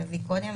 נביא קודם,